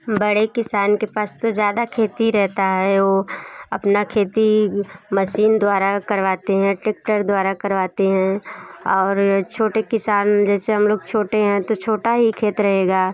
बड़े किसान के पास तो ज़्यादा खेती रहता है ओ अपना खेती मसीन द्वारा करवाते हैं टेक्टर द्वारा करवाते हैं और छोटे किसान जैसे हम लोग छोटे हैं तो छोटा ही खेत रहेगा